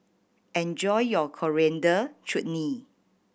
enjoy your Coriander Chutney